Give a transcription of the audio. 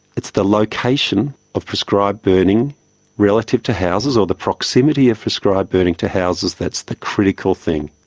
it's the location of prescribed burning relative to houses, or the proximity of prescribed burning to houses, that's the critical thing.